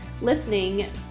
listening